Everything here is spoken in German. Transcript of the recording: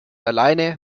alleine